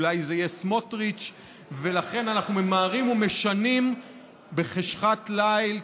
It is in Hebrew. אולי זה יהיה סמוטריץ' ולכן אנחנו ממהרים ומשנים בחשכת ליל,